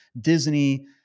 Disney